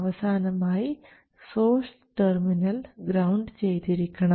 അവസാനമായി source terminal ground ചെയ്തിരിക്കണം